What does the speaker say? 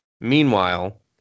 Meanwhile